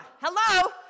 hello